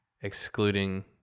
excluding